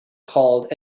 called